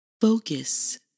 Focus